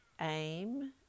aim